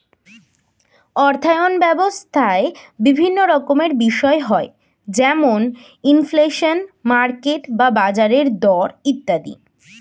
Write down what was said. অর্থায়ন ব্যবস্থায় বিভিন্ন রকমের বিষয় হয় যেমন ইনফ্লেশন, মার্কেট বা বাজারের দর ইত্যাদি